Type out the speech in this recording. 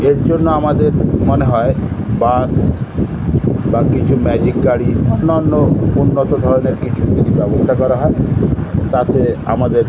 এর জন্য আমাদের মনে হয় বাস বা কিছু ম্যাজিক গাড়ি অন্যান্য উন্নত ধরনের কিছু যদি ব্যবস্থা করা হয় তাতে আমাদের